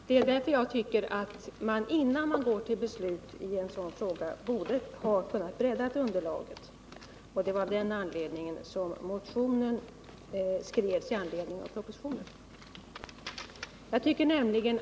Det är därför jag tycker att man, innan man går till beslut, borde ha kunnat bredda underlaget. Av den anledningen skrevs motionen sedan propositionen lagts fram.